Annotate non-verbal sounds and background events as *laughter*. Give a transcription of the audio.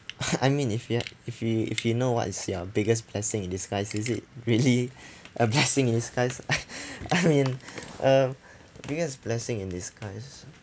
*laughs* I mean if you're if you if you know what is your biggest blessing in disguise is it really a blessing *laughs* in disguise *laughs* I mean uh because blessing in disguise